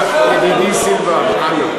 ידידי סילבן, אנא.